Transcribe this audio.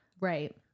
right